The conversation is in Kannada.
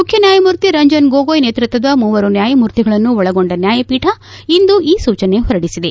ಮುಖ್ಯನಾಯಮೂರ್ತಿ ರಂಜನ್ ಗೊಗೊಯ್ ನೇತೃತ್ವದ ಮೂವರು ನ್ಯಾಯಮೂರ್ತಿಗಳನ್ನು ಒಳಗೊಂಡ ನ್ಯಾಯಪೀಠ ಇಂದು ಈ ಸೂಚನೆ ಹೊರಡಿಸಿದೆ